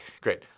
Great